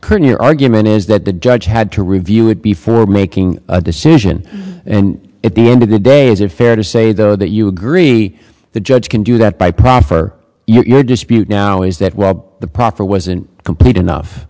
curtain your argument is that the judge had to review it before making a decision and at the end of the day is it fair to say though that you agree the judge can do that by proffer your dispute now is that the proffer wasn't complete enough